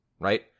right